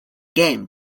game